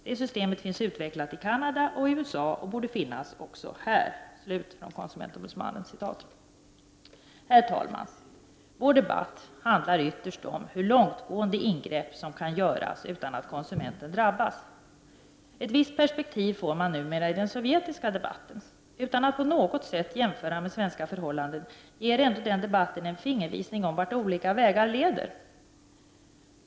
Detta system finns utvecklat i Canada och USA och borde finnas också här.” Herr talman! Vår debatt handlar ytterst om hur långtgående ingrepp som kan göras utan att konsumenten drabbas. Ett visst perspektiv får man numera om man lyssnar till den sovjetiska debatten. Utan att på något sätt jämföra med svenska förhållanden ger den debatten ändå en fingervisning om vart olika vägar leder.